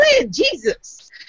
Jesus